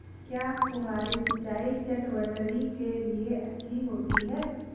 क्या फुहारी सिंचाई चटवटरी के लिए अच्छी होती है?